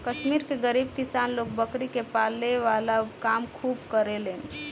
कश्मीर के गरीब किसान लोग बकरी के पाले वाला काम खूब करेलेन